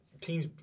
teams